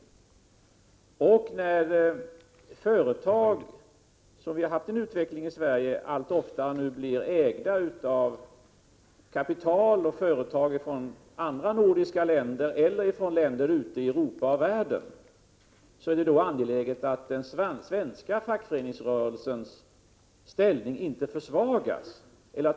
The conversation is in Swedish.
Det blir allt vanligare — utvecklingen har ju gått i den riktningen i Sverige — att företag ägs av kapital och företag i något annat nordiskt land eller i länder ute i Europa eller övriga världen. Därför är det angeläget att den svenska fackföreningsrörelsens ställning inte försvagas.